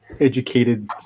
educated